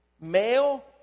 Male